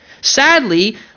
Sadly